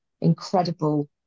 incredible